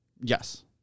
Yes